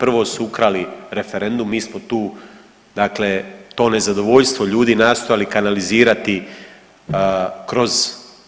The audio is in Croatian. Prvo su ukrali referendum, mi smo tu dakle to nezadovoljstvo ljudi nastojali kanalizirati kroz